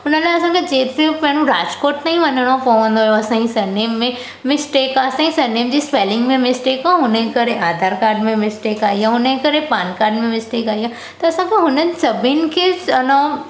हुनखां लाइ असांखे जेतिरो पहिरों राजकोट ताईं वञणो पवंदो हुयो असांजे सरनेम में मिस्टेक आहे असांजी सरनेम जी स्पेलिंग में मिस्टेक आहे हुनजे करे आधार कार्ड में मिस्टेक आई आहे हुनजे करे पान कार्ड में मिस्टेक आई आहे त असां हुन सभिनि खे एनो